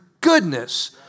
goodness